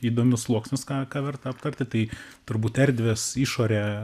įdomius sluoksnius ką ką verta aptarti tai turbūt erdvės išorė